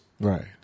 Right